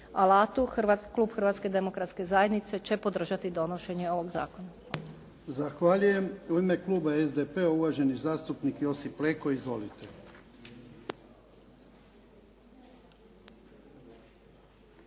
alatu klub Hrvatske demokratske zajednice će podržati donošenje ovog zakona.